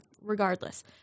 regardless